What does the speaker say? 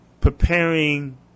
preparing